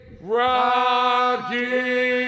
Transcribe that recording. Rocky